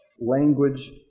language